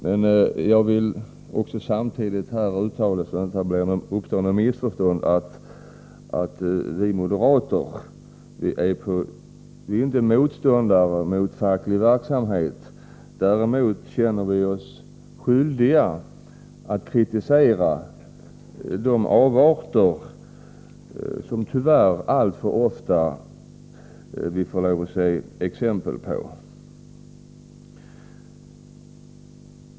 För att inget missförstånd skall uppstå vill jag samtidigt uttala att vi moderater inte är motståndare till facklig verksamhet. Däremot känner vi oss skyldiga att kritisera de avarter som vi tyvärr alltför ofta får se exempel på.